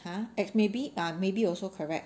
!huh! ex maybe ah maybe also correct